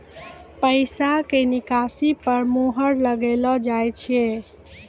पैसा के निकासी पर मोहर लगाइलो जाय छै